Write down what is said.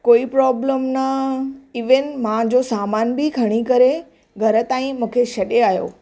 कोई प्रॉब्लम न ईविन मुंहिंजो सामान बि खणी करे घर ताईं मूंखे छॾे आहियो